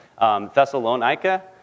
Thessalonica